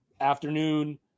Afternoon